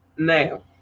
Now